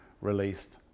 released